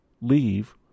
leave